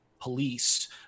police